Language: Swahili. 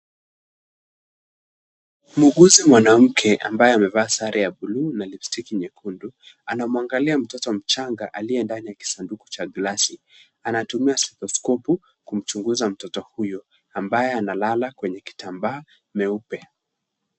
Muuguzi mwanamke ambaye amevaa sare ya bluu na Lipstick nyekundu, anamwangalia mtoto mchanga aliye ndani ya kisanduku cha glasi. Anatumia stethoskopu kumchunguza mtoto huyo, ambaye analala kwenye kitambaa meupe.